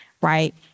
right